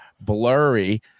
blurry